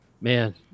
Man